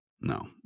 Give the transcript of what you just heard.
no